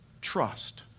trust